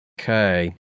Okay